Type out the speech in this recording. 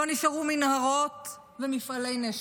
לא נשארו מנהרות ומפעלי נשק.